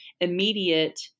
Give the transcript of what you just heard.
immediate